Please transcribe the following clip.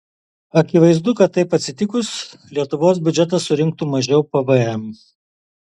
akivaizdu kad taip atsitikus lietuvos biudžetas surinktų mažiau pvm